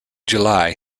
july